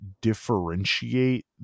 differentiate